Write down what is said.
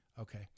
Okay